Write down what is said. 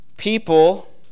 People